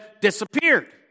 disappeared